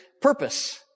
purpose